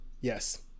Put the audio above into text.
Yes